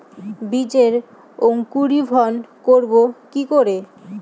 বীজের অঙ্কুরিভবন করব কি করে?